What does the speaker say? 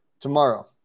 tomorrow